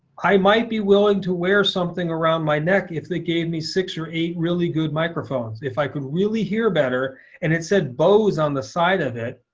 i might be willing to wear something around my neck if they gave me six or eight really good microphones. if i could really hear better and it said bose on the side of it,